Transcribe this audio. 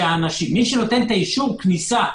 שמי שנותן את אישור הכניסה,